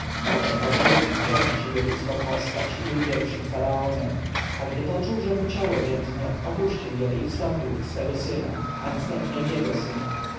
potem dobry bóg wziął na siebie ludzką postać i był pierwszym faraonem a gdy poczuł że mu ciało więdnie opuścił je i wstąpił w swego syna a następnie w jego syna